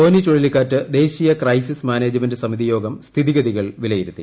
ഫോനി ചുഴലിക്കാറ്റ് ദേശീയ crisis management സമിതി യോഗം സ്ഥിതിഗതികൾ വിലയിരുത്തി